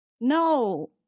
No